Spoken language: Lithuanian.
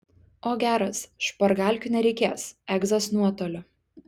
o geras špargalkių nereikės egzas nuotoliu